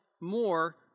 more